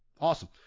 Awesome